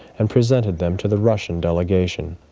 and presented them to the russian delegation.